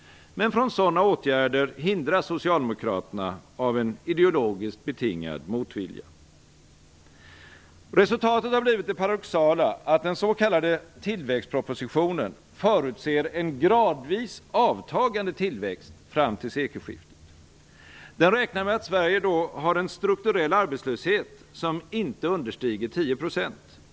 Men från sådana åtgärder hindras socialdemokraterna av en ideologiskt betingad motvilja. Resultatet har blivit det paradoxala att den s.k. tillväxtpropositionen förutser en gradvis avtagande tillväxt fram till sekelskiftet. Den räknar med att Sverige då har en strukturell arbetslöshet som inte understiger 10 %.